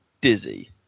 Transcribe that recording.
Dizzy